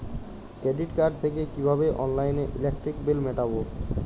Credit card থেকে কিভাবে অনলাইনে ইলেকট্রিক বিল মেটাবো?